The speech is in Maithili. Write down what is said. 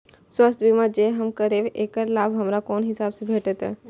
स्वास्थ्य बीमा जे हम करेब ऐकर लाभ हमरा कोन हिसाब से भेटतै?